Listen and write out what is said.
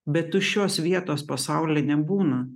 bet tuščios vietos pasauly nebūna